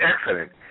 excellent